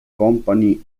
company